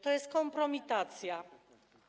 To jest kompromitacja.